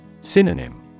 Synonym